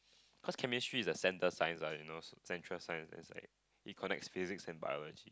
cause chemistry is the center science uh you know central science and is like it connects physics and biology